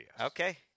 Okay